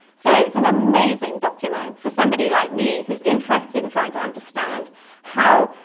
so it's an amazing document for somebody like me who's interested in trying to understand how,